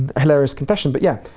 hilarious confession. but yeah,